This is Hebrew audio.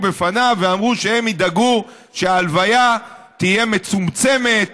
בפניו ואמרו שהם ידאגו שההלוויה תהיה מצומצמת,